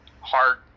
hard